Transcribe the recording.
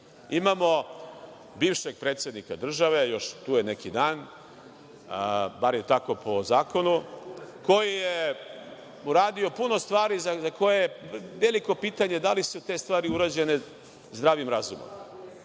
Imamo bivšeg predsednika države, tu je još neki dan, bar je tako po zakonu, koji je uradio puno stvari za koje je veliko pitanje da li su te stvari urađene zdravim razumom.